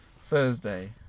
Thursday